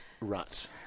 rut